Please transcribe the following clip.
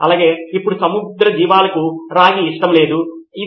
professor కాబట్టి వికీ ఆ ప్రత్యేక విషయం కోసం ఆ నోట్స్ కోసం